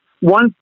One